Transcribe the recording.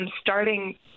starting